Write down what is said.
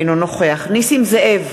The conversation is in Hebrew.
אינו נוכח נסים זאב,